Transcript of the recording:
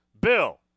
Bill